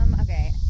okay